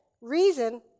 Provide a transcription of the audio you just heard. Reason